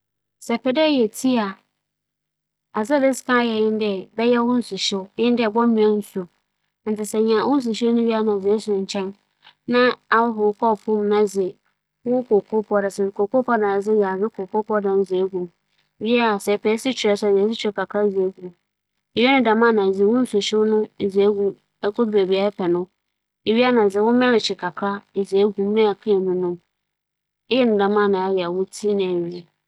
Sɛ epɛ dɛ eyɛ "tea" a, odzi kan no edze nsu besi gya do ma adͻ. Na ͻdͻ a, ewia ibͻhwehwɛ wo kͻͻpow na ehwie nsuhyew no dze egu mu. ͻno ekyir no, ebͻkͻ akafa "tea" n'ahaban a wͻatsetsew no na edze ebogu nsuhyew no mu. Ibɛkata do ma ahataw no agye nsu no mu. Ihu dɛ agye bɛyɛ sema enum rokͻ du no mu no a, ͻnoara nye no, itum nom.